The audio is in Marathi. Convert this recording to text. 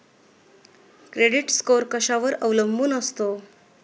क्रेडिट स्कोअर कशावर अवलंबून असतो?